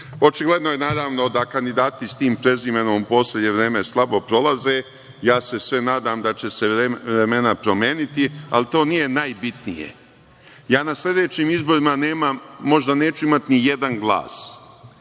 Očigledno je naravno da kandidati sa tim prezimenom u poslednje vreme slabo prolaze. Nadam se da će se vremena promeniti, ali to nije najbitnije. Ja na sledećim izborima možda neću imati ni jedan glas,